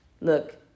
look